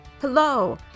Hello